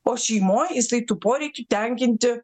o šeimoj jisai tų poreikių tenkinti